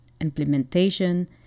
Implementation